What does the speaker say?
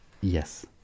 Yes